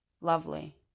Lovely